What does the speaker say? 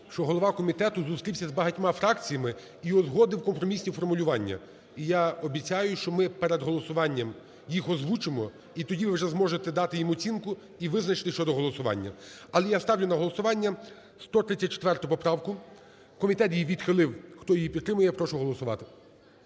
що голова комітету зустрівся з багатьма фракціями і узгодив компромісні формулювання. І я обіцяю, що ми перед голосуванням їх озвучимо, і тоді ви вже зможете дати їм оцінку, і визначитися щодо голосування. Але я ставлю на голосування 134 поправку. Комітет її відхилив. Хто її підтримує, прошу голосувати.